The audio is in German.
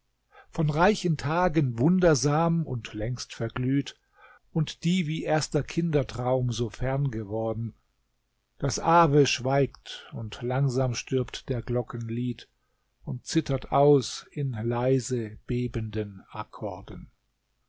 von reichen tagen wundersam und längst verglüht und die wie erster kindertraum so fern geworden das ave schweigt und langsam stirbt der glocken lied und zittert aus in leise bebenden akkorden